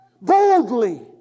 Boldly